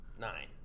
Nine